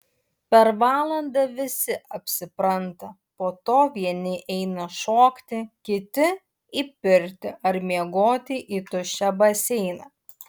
per valandą visi apsipranta po to vieni eina šokti kiti į pirtį ar miegoti į tuščią baseiną